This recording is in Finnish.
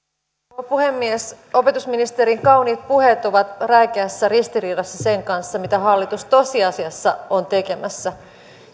rouva puhemies opetusministerin kauniit puheet ovat räikeässä ristiriidassa sen kanssa mitä hallitus tosiasiassa on tekemässä